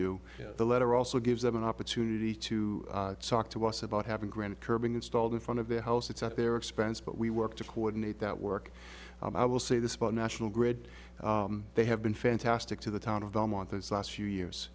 do the letter also gives them an opportunity to talk to us about having granite curbing installed in front of their house it's at their expense but we work to coordinate that work i will say this about national grid they have been fantastic to the town of them on the last few years